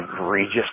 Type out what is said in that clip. egregious